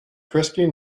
christy